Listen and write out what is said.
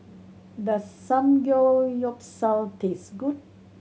does Samgeyopsal taste good